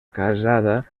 casada